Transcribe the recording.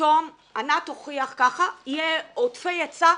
פתאום ענת תוכיח ככה, יהיו עודפי היצע,